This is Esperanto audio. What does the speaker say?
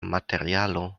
materialo